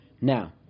Now